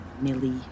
Millie